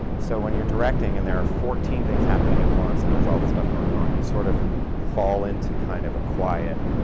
so when you're directing and there are fourteen things happening at once and there's all this stuff going on, you sort of fall into kind of a quiet,